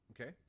Okay